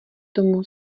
tomu